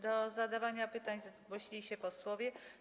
Do zadania pytań zgłosili się posłowie.